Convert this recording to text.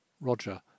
Roger